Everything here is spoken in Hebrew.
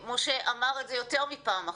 משה, אמר את זה יותר מפעם אחת,